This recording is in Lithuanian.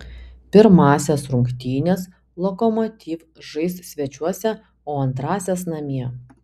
pirmąsias rungtynes lokomotiv žais svečiuose o antrąsias namie